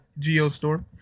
Geostorm